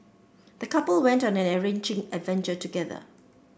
the couple went on an enriching adventure together